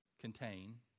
contain